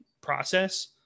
process